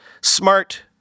smart